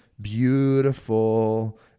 beautiful